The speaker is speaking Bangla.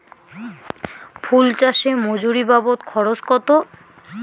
ফুল চাষে মজুরি বাবদ খরচ কত?